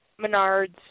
Menards